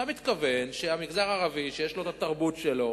אתה מתכוון שהמגזר הערבי, שיש לו התרבות שלו